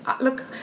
Look